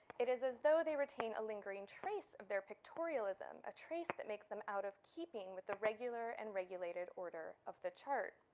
it is as though they retain a lingering trace of their pictorialism, a trace that makes them out of keeping with the regular and regulated order of the chart.